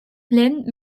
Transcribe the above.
plaines